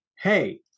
hey